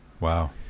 Wow